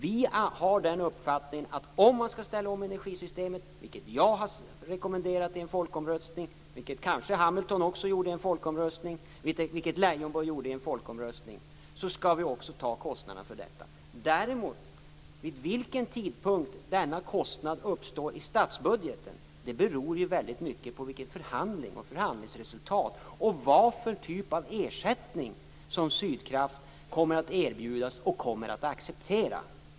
Vi har den uppfattningen att om man skall ställa om energisystemet - vilket jag och Leijonborg har rekommenderat i en folkomröstning och vilket Hamilton kanske också gjorde - skall vi också ta kostnaderna för detta. Vid vilken tidpunkt denna kostnad uppstår i statsbudgeten beror ju väldigt mycket på vilket förhandlingsresultat det blir och vilken typ av ersättning Sydkraft kommer att erbjudas och kommer att acceptera.